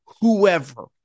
whoever